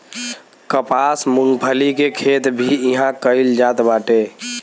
कपास, मूंगफली के खेती भी इहां कईल जात बाटे